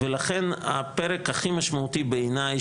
ולכן הפרק הכי משמעותי בעיניי,